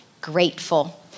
grateful